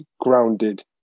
Grounded